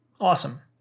Awesome